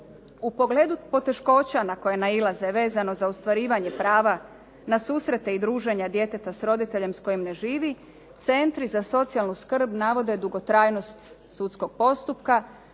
U pogledu poteškoća na koje nailaze vezano za ostvarivanje prava na susrete i druženja djeteta s roditeljem s kojim ne živi centri za socijalnu skrb navode dugotrajnost sudskog postupka,